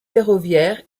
ferroviaire